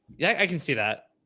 yeah, i can see that,